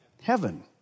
heaven